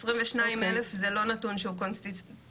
22,000 זה לא נתון שהוא קונסיסטנטי.